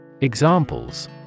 Examples